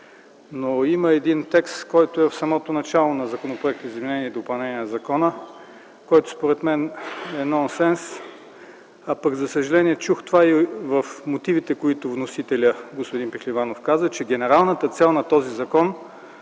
Но има един текст, който е в самото начало на законопроекта за изменение и допълнение на закона, който според мен е нонсенс, а пък, за съжаление, чух това и в мотивите, които вносителят, господин Пехливанов, изложи – че генералната цел на този закон